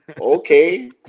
Okay